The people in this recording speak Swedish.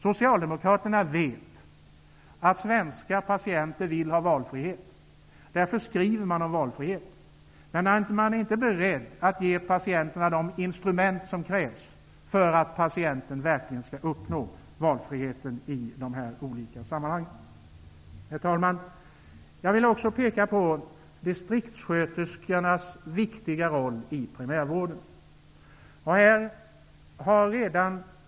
Socialdemokraterna vet åledes att svenska patienter vill ha valfrihet. Därför skriver man om valfrihet, men man är inte beredd att ge patienterna de instrument som krävs för att patienterna verkligen skall uppnå valfrihet i dessa olika sammanhang. Herr talman! Jag vill också peka på distriktssköterskornas viktiga roll i primärvården.